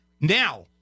Now